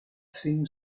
seemed